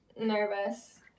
nervous